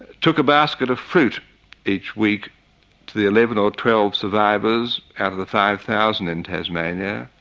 took a basket of fruit each week to the eleven or twelve survivors out of the five thousand in tasmania,